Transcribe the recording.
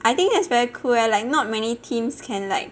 I think that's very cool leh like not many teams can like